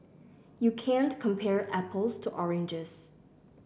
you can't compare apples to oranges